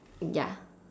ya